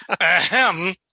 ahem